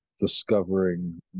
Discovering